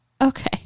Okay